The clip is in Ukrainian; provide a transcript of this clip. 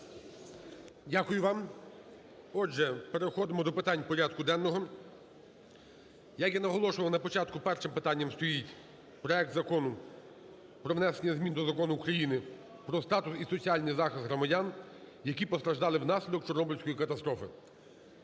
Дякую вам. Отже, переходимо до питань порядку денного. Як я наголошував на початку, першим питанням стоїть проект Закону про внесення змін до Закону України "Про статус і соціальний захист громадян, які постраждали внаслідок Чорнобильської катастрофи".